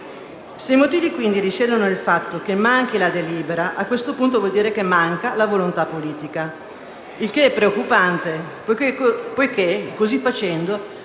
Se i motivi, quindi, risiedono nel fatto che manca la delibera, a questo punto vuol dire che manca la volontà politica; il che è preoccupante, perché così facendo